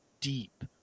deep